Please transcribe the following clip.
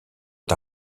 est